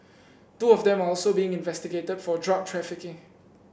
two of them are also being investigated for drug trafficking